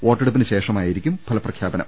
വോട്ടെടുപ്പിനു ശേഷ മായിരിക്കും ഫലപ്രഖ്യാപനം